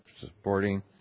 supporting